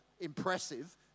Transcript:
impressive